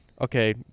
okay